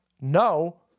no